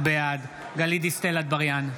בעד גלית דיסטל אטבריאן,